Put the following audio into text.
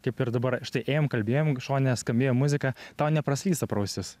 kaip ir dabar štai ėjom kalbėjom šone skambėjo muzika tau nepraslysta pro ausis